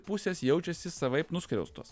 pusės jaučiasi savaip nuskriaustos